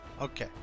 Okay